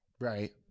Right